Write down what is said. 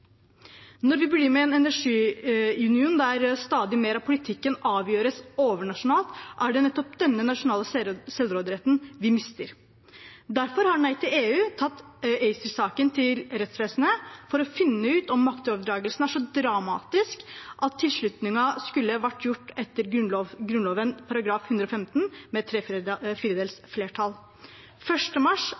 Når vi blir med i en energiunion der stadig mer av politikken avgjøres overnasjonalt, er det nettopp denne nasjonale selvråderetten vi mister. Derfor har Nei til EU tatt ACER-saken til rettsvesenet, for å finne ut om maktoverdragelsen er så dramatisk at tilslutningen skulle vært gjort etter Grunnloven § 115, med tre fjerdedels flertall. Den 1. mars